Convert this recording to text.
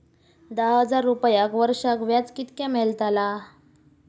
दहा हजार रुपयांक वर्षाक व्याज कितक्या मेलताला?